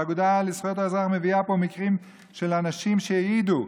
והאגודה לזכויות האזרח מביאה פה מקרים של אנשים שהעידו.